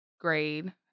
grade